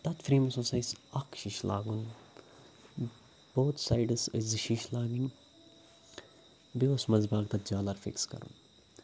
تَتھ فرٛیمَس اوس اَسہِ اَکھ شیٖشہِ لاگُن بوتھ سایڈَس ٲسۍ زٕ شیٖشہِ لاگٕنۍ بیٚیہِ اوس منٛزٕ باگ تَتھ جالَر فِکٕس کَرُن